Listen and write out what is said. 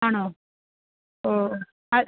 ആണോ ഓ അത്